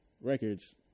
records